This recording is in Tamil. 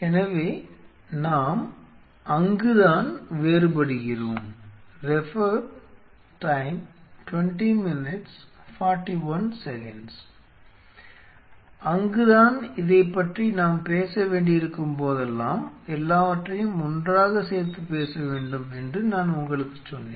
எனவே நாம் Refer time 2041 அங்குதான் வேறுபடுகிறோம் அங்குதான் இதைப் பற்றி நாம் பேச வேண்டியிருக்கும்போதெல்லாம் எல்லாவற்றையும் ஒன்றாக சேர்த்து பேச வேண்டும் என்று நான் உங்களுக்குச் சொன்னேன்